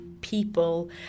people